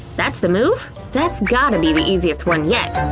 that's the move? that's gotta be the easiest one yet!